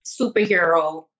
superhero